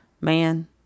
man